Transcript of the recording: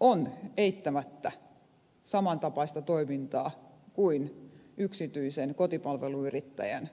on eittämättä samantapaista toimintaa kuin yksityisen kotipalveluyrittäjän toiminta